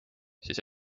siis